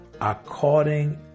according